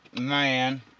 man